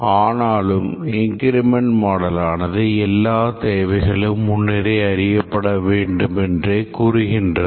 ஆனாலும் இன்கிரிமென்டல் மாடலானது எல்லா தேவைகளும் முன்னரே அறியப்பட வேண்டுமேன்றே கூறுகிறது